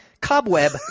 cobweb